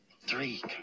Three